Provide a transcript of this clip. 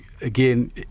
again